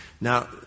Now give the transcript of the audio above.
Now